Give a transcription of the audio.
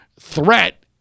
threat